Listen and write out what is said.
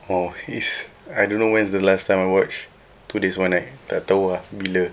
oh he's I don't know when is the last time I watched two days one night tak tahu ah bila